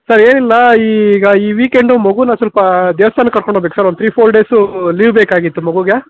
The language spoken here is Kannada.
ಸರ್ ಏನಿಲ್ಲ ಈಗ ಈ ವೀಕೆಂಡು ಮಗುನ ಸ್ವಲ್ಪ ದೇವಸ್ಥಾನಕ್ಕೆ ಕರ್ಕೊಂಡು ಹೋಗ್ಬೇಕ್ sir one three four days leave ಬೇಕಾಗಿತ್ತು ಮಗುಗೆ